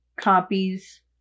copies